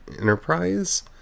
Enterprise